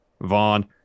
Vaughn